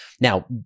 Now